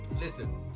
Listen